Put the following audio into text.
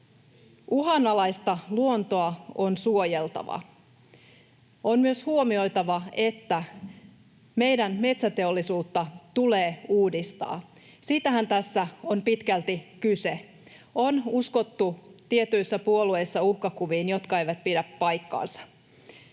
Uhanalaista luontoa on suojeltava. On myös huomioitava, että meidän metsäteollisuutta tulee uudistaa — siitähän tässä on pitkälti kyse. On uskottu tietyissä puolueissa uhkakuviin, jotka eivät pidä paikkaansa.